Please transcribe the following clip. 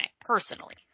personally